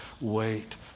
Wait